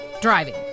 driving